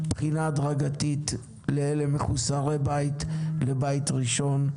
בחינה הדרגתית לאלה מחוסרי הבית לבית ראשון,